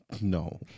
No